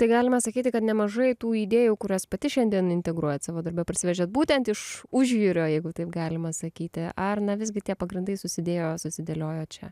tai galima sakyti kad nemažai tų idėjų kurias pati šiandien integruojat savo darbe parsivežėt būtent iš užjūrio jeigu taip galima sakyti ar na visgi tie pagrindai susidėjo susidėliojo čia